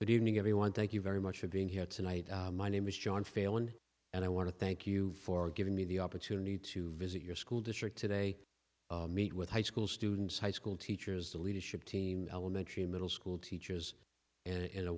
but evening everyone thank you very much for being here tonight my name is john fail and and i want to thank you for giving me the opportunity to visit your school district today meet with high school students high school teachers the leadership team elementary middle school teachers in a